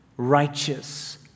righteous